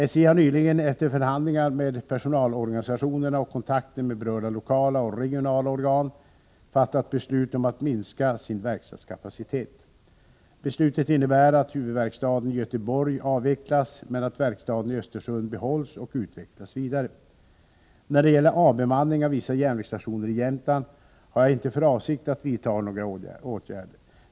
SJ har nyligen efter förhandlingar med personalorganisationerna och kontakter med berörda lokala och regionala organ fattat beslut om att minska sin verkstadskapacitet. Beslutet innebär att huvudverkstaden i Göteborg avvecklas men att verkstaden i Östersund behålls och utvecklas vidare. När det gäller avbemanning av vissa järnvägsstationer i Jämtland har jag inte för avsikt att vidta några åtgärder.